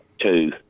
two